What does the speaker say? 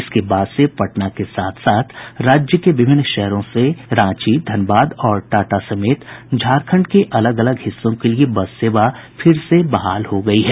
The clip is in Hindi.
इसके बाद से पटना के साथ साथ राज्य के विभिन्न शहरों से रांची धनबाद और टाटा समेत झारखंड के अलग अलग हिस्सों के लिए बस सेवा फिर से बहाल हो गयी है